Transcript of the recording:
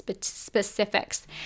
specifics